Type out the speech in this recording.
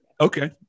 Okay